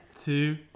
two